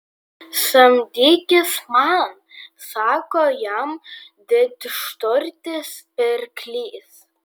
samdykis man sako jam didžturtis pirklys